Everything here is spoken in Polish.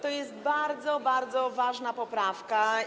To jest bardzo, bardzo ważna poprawka.